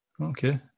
Okay